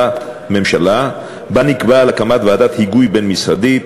ממשלה שבה נקבעה הקמת ועדת היגוי בין-משרדית,